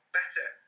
better